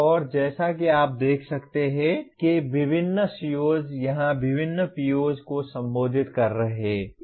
और जैसा कि आप देख सकते हैं कि विभिन्न COs यहां विभिन्न POs को संबोधित कर रहे हैं